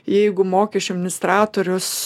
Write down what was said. jeigu mokesčių administratorius